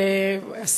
תודה,